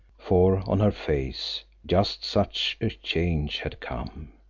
for on her face just such a change had come.